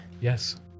Yes